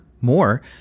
more